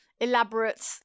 elaborate